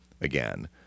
again